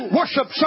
worship